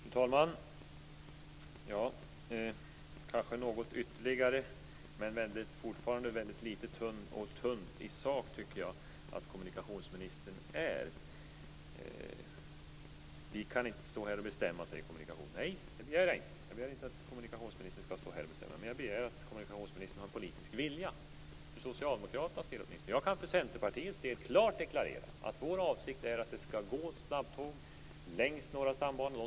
Fru talman! Det var kanske något ytterligare, men fortfarande var det litet tunt i sak, tycker jag. Vi kan inte stå här och bestämma, säger kommunikationsministern. Jag begär inte att kommunikationsministern skall stå här och bestämma. Men jag begär att kommunikationsministern har en politisk vilja, för socialdemokraternas del åtminstone. Jag kan för Centerpartiets del klart deklarera att vår avsikt är att det skall gå snabbtåg längs Norra stambanan.